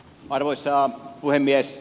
arvoisa puhemies